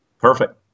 Perfect